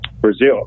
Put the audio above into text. Brazil